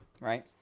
Right